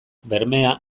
bermea